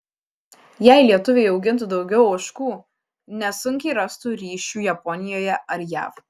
jei lietuviai augintų daugiau ožkų nesunkiai rastų ryšių japonijoje ar jav